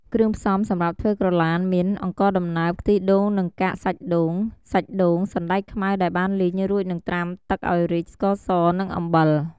គ្រឿងផ្សំសម្រាប់ធ្វើក្រឡានមាន អង្ករដំណើប ខ្ទិះដូងនិងកាកសាច់ដូង សាច់ដូង សណ្ដែកខ្មៅដែលបានលីងរួចនិងត្រាំទឹកឱ្យរីក ស្ករស និងអំបិល។